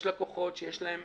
יש לקוחות שיש להם